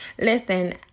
Listen